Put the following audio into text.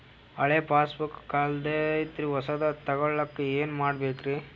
ಹಳೆ ಪಾಸ್ಬುಕ್ ಕಲ್ದೈತ್ರಿ ಹೊಸದ ತಗೊಳಕ್ ಏನ್ ಮಾಡ್ಬೇಕರಿ?